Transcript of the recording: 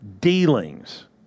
dealings